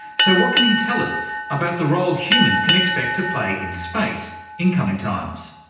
so what can he tell us about the role humans can expect to play in space in coming times?